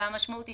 והמשמעות היא